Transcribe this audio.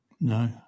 no